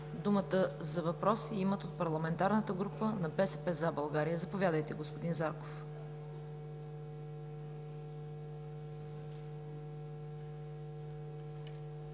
Думата за въпрос имат от Парламентарната група на „БСП за България“. Заповядайте, господин Зарков.